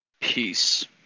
Peace